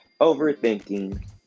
overthinking